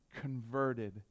converted